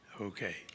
okay